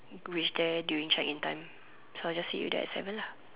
reach there during check in time so I'll just see you there at seven lah